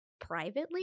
privately